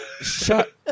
Shut